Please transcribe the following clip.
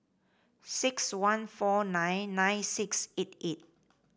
six one four nine nine six eight eight